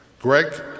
Greg